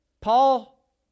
Paul